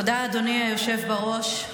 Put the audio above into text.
תודה, אדוני היושב בראש.